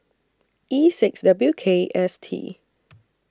E six W K S T